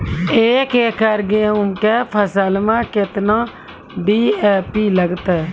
एक एकरऽ गेहूँ के फसल मे केतना डी.ए.पी लगतै?